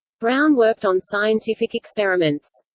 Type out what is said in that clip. brown worked on scientific experiments.